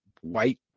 white